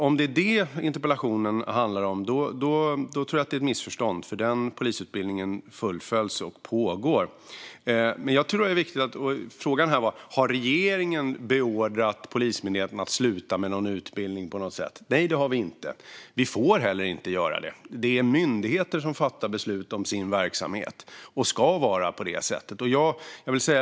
Om det är detta som interpellationen handlar om tror jag att det är ett missförstånd, eftersom denna polisutbildning fullföljs och pågår. Frågan var om regeringen beordrat Polismyndigheten att sluta med viss utbildning. Nej, det har vi inte. Vi får inte heller göra det. Det är myndigheter som fattar beslut om sin verksamhet, och det ska vara på det sättet.